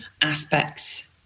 aspects